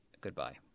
Goodbye